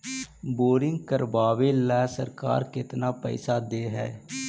Boring करबाबे ल सरकार केतना पैसा दे है?